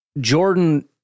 Jordan